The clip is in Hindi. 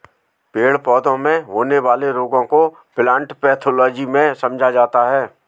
पेड़ पौधों में होने वाले रोगों को प्लांट पैथोलॉजी में समझा जाता है